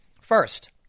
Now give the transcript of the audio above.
First